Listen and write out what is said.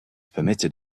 permitted